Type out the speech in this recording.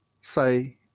say